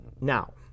Now